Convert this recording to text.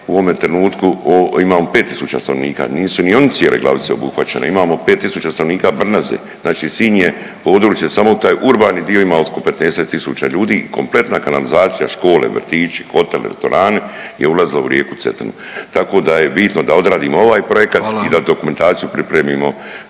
u ovome trenutku imamo 5 tisuća stanovnika. Nisu ni oni cijele Glavice obuhvaćene, imamo 5 tisuća stanovnika Brnaze. Znači Sinj je područje, samo taj urbani dio ima oko 15-ak tisuća ljudi, kompletna kanalizacija, škole, vrtići, hotel, restorani je ulazila u rijeku Cetinu, tako da je bitno da odradimo ovaj projekat i da dokumentaciju pripremimo